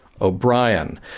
O'Brien